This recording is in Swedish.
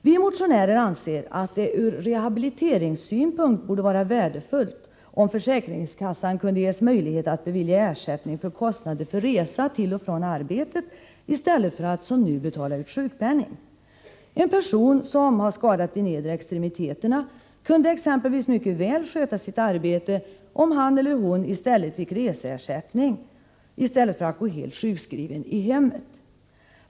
Vi motionärer anser att det ur rehabiliteringssynpunkt borde vara värdefullt, om försäkringskassan kunde ges möjlighet att bevilja ersättning för kostnader för resa till och från arbetet i stället för att som nu betala ut sjukpenning. En person som har skadat de nedre extremiteterna kunde exempelvis mycket väl sköta sitt arbete i stället för att gå helt sjukskriven i hemmet, om han eller hon fick reseersättning.